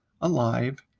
alive